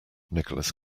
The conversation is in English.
nicholas